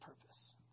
purpose